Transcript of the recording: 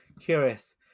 curious